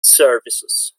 services